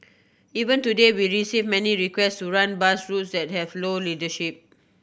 even today we receive many requests to run bus routes that have low ridership